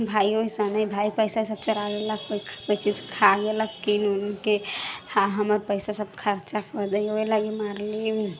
भाइओ ओइसने भाइ पइसा ओइसा चोरा लेलक कोइ चीज खा लेलक कीनि उनिके हाँ हमर पइसासब खर्चा कऽ दैए ओहि लागी मारली